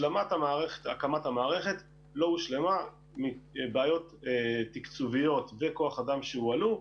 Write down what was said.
הקמת המערכת לא הושלמה בשל בעיות תקצוביות וכוח אדם שהועלו.